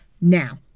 Now